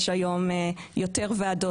יש היום יותר ועדות,